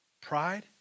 pride